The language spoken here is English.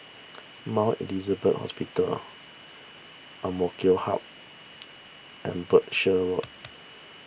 Mount Elizabeth Hospital Amk Hub and Berkshire Road